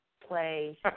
play